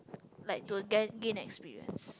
like to ga~ gain experience